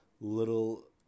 little